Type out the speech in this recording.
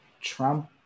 trump